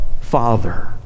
Father